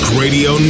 radio